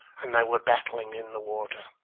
and they were battling in the water.